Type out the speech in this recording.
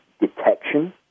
detection